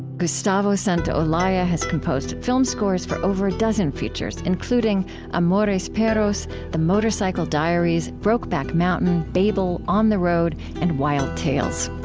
gustavo santaolalla has composed film scores for over a dozen features including um amores perros, the motorcycle diaries, brokeback mountain, babel, on the road, and wild tales.